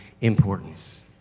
importance